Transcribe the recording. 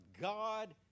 God